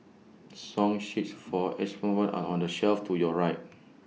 song sheets for xylophones are on the shelf to your right